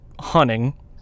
hunting